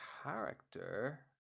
character